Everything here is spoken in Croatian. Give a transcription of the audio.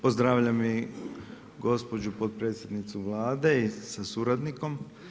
Pozdravljam i gospođu potpredsjednicu Vlade sa suradnikom.